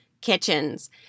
kitchens